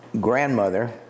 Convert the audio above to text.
grandmother